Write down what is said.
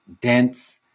dense